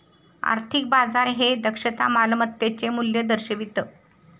आर्थिक बाजार हे दक्षता मालमत्तेचे मूल्य दर्शवितं